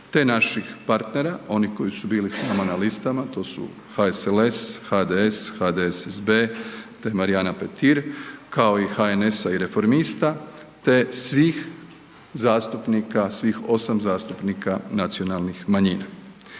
te naših partnera, onih koji su bili s nama na listama, to su HSLS, HDS, HDSSB te Marijana Petir, kao i HNS-a i Reformista te svih zastupnika, svih 8 zastupnika nacionalnih manjina.